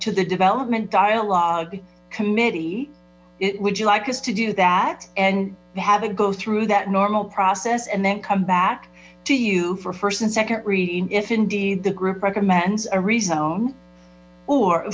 to the development dialog committee would you like us to do that and have a go through that normal process and then come back to you for first and second reading if indeed the group recommends